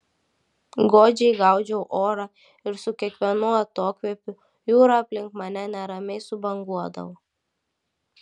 godžiai gaudžiau orą ir su kiekvienu atokvėpiu jūra aplink mane neramiai subanguodavo